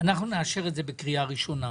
נאשר את זה בקריאה ראשונה.